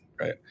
Right